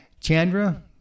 Chandra